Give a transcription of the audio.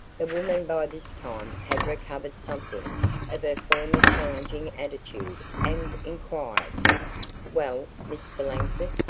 the woman by this time had recovered something of her former challenging attitude and inquired well, mr. langford,